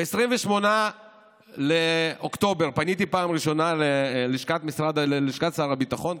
ב-28 באוקטובר פניתי בפעם הראשונה ללשכת שר הביטחון,